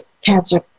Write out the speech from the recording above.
cancer